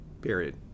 period